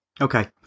okay